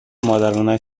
مادرانه